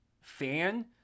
fan